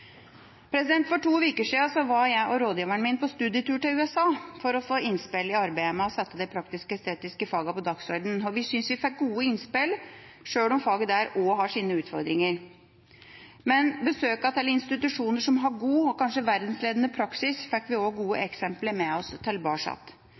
For to uker siden var jeg og rådgiveren min på studietur til USA for å få innspill til arbeidet med å sette de praktisk-estetiske fagene på dagsordenen, og vi syntes vi fikk gode innspill, sjøl om faget også der har sine utfordringer. Fra besøkene på institusjoner som har god, og kanskje verdensledende, praksis, fikk vi også gode eksempler med oss